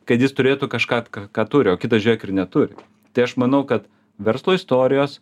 kad jis turėtų kažką ką turi o kitas žiūrėk ir neturi tai aš manau kad verslo istorijos